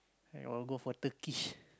and all go for Turkish